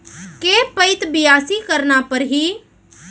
के पइत बियासी करना परहि?